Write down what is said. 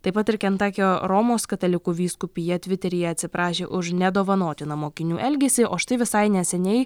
taip pat ir kentakio romos katalikų vyskupija tviteryje atsiprašė už nedovanotiną mokinių elgesį o štai visai neseniai